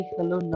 Hello